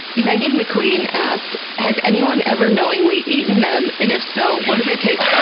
meghan mclean asked has anyone ever knowingly eaten them, and if so, what do they taste